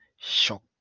shock